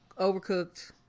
overcooked